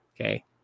Okay